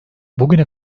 bugüne